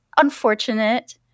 unfortunate